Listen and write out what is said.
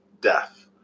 death